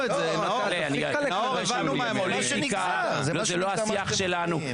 פוליטיקה זה לא השיח שלנו.